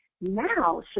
now